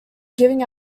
giving